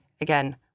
again